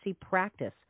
Practice